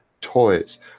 toys